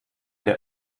der